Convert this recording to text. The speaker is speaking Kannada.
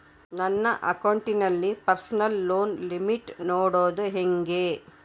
ನನ್ನ ಅಕೌಂಟಿನಲ್ಲಿ ಪರ್ಸನಲ್ ಲೋನ್ ಲಿಮಿಟ್ ನೋಡದು ಹೆಂಗೆ?